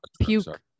puke